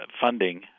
funding